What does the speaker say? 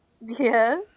Yes